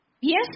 Yes